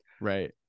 Right